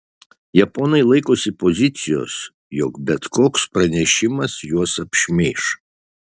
japonai laikosi pozicijos jog bet koks pranešimas juos apšmeiš